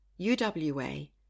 UWA